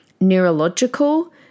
neurological